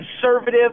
conservative